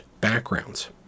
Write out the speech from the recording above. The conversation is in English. backgrounds